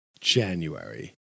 January